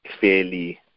fairly